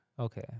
Okay